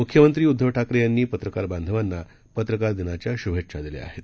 मुख्यमंत्रीउद्धवठाकरेयांनीपत्रकारबांधवांना पत्रकारदिनाच्याशुभेच्छादिल्याआहेत